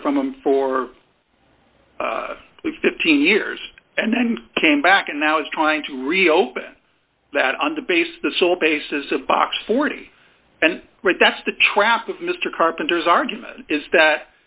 heard from him for fifteen years and then came back and now is trying to reopen that under base the sole basis of box forty and that's the trap of mr carpenter's argument is that